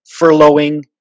furloughing